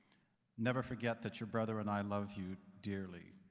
never forget that your brother and i love you dearly.